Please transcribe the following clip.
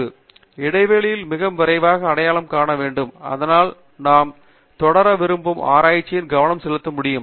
மேலும் இடைவெளிகளை மிக விரைவாக அடையாளம் காண வேண்டும் அதனால் நாம் தொடர விரும்பும் ஆராய்ச்சியில் கவனம் செலுத்த முடியும்